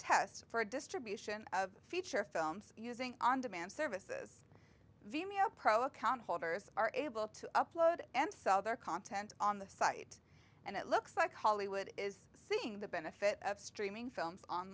test for a distribution of feature films using on demand services vimeo pro account holders are able to upload and sell their content on the site and it looks like hollywood is seeing the benefit of streaming films on